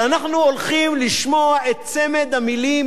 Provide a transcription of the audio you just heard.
אנחנו הולכים לשמוע את צמד המלים,